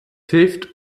hilft